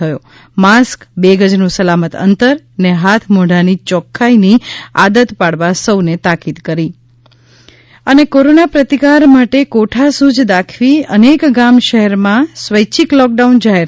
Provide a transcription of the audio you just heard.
થયો માસ્ક બે ગજનું સલામત અંતરને હાથ મોઢાની ચોખ્ખાઈની આદત પાડવા સૌને તાકીદ કરાઈ કોરોના પ્રતિકાર માટે કોઠાસૂઝ દાખવી અનેક ગામ શહેરમાં સ્વૈચ્છિક લોકડાઉન જાહેર